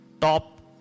top